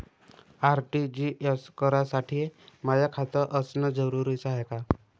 RTGS करासाठी माय खात असनं जरुरीच हाय का?